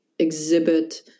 exhibit